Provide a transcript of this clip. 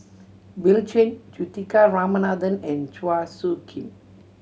Bill Chen Juthika Ramanathan and Chua Soo Khim